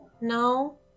No